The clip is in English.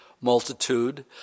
multitude